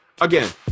again